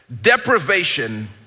Deprivation